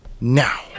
now